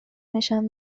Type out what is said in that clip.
نشان